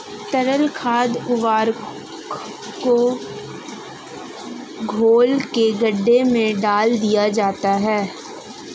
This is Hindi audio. तरल खाद उर्वरक को घोल के गड्ढे में डाल दिया जाता है